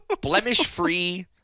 blemish-free